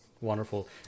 Wonderful